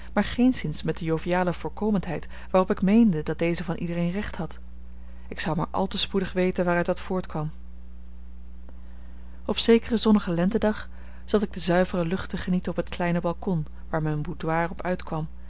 maar geenszins met de joviale voorkomendheid waarop ik meende dat deze van iedereen recht had ik zou maar al te spoedig weten waaruit dat voortkwam op zekeren zonnigen lentedag zat ik de zuivere lucht te genieten op het kleine balkon waar mijn boudoir op uitkwam